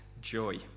joy